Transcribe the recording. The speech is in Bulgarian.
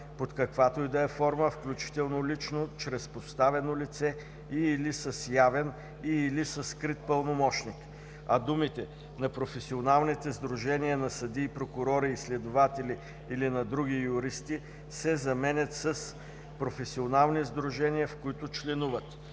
„под каквато и да е форма, включително лично, чрез подставено лице и/или с явен и/или със скрит пълномощник“, а думите „на професионалните сдружения на съдии, прокурори и следователи или на други юристи“ се заменят с „професионални сдружения, в които членуват“;